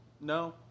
No